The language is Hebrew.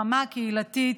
ברמה הקהילתית,